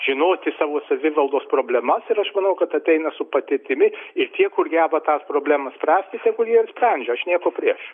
žinoti savo savivaldos problemas ir aš manau kad ateina su patirtimi ir tie kur geba tas problemas spręsti tegul jie ir sprendžia aš nieko prieš